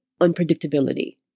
unpredictability